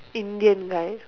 Indian guy